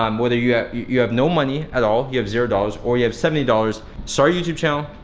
um whether you you have no money at all, you have zero dollars, or you have seventy dollars, start a youtube channel,